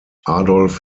adolf